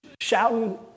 shouting